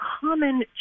common